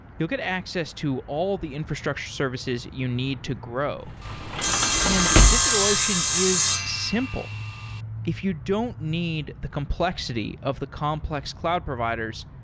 you'll get access to all the infrastructure services you need to grow and digitalocean is simple if you don't need the complexity of the complex cloud providers,